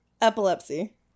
Epilepsy